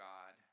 God